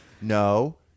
No